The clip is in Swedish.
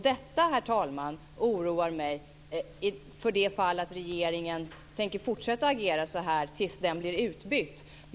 Detta, herr talman, oroar mig i det fall att regeringen tänker fortsätta att agera så här till dess att den blir utbytt.